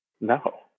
No